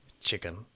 chicken